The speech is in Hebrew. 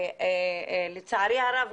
לצערי הרב,